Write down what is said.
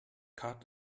cut